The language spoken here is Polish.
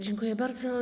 Dziękuję bardzo.